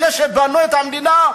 אלה שבנו את המדינה,